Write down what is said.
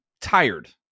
tired